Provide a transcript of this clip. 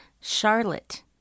Charlotte